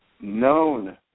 known